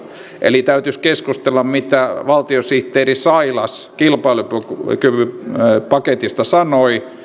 eli täytyisi keskustella mitä valtiosihteeri sailas kilpailukykypaketista sanoi